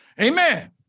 Amen